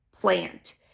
plant